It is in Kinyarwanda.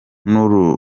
n’uru